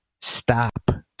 Stop